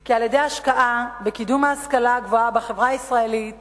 כי על-ידי השקעה בקידום ההשכלה הגבוהה בחברה הישראלית